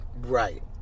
Right